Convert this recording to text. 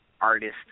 artist